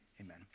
amen